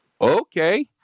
Okay